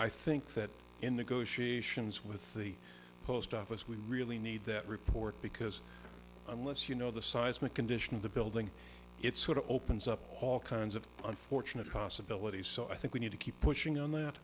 i think that in negotiations with the post office we really need that report because unless you know the seismic condition of the building it's sort of opens up all kinds of unfortunate cost abilities so i think we need to keep